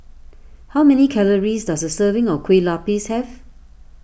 how many calories does a serving of Kueh Lupis have